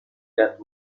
that